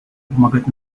помогать